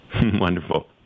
Wonderful